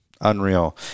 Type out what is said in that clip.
Unreal